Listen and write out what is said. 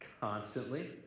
constantly